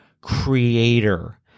creator